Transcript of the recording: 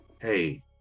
hey